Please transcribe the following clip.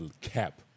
cap